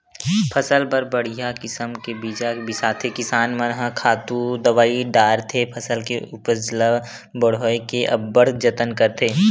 फसल बर बड़िहा किसम के बीजा बिसाथे किसान मन ह खातू दवई डारथे फसल के उपज ल बड़होए के अब्बड़ जतन करथे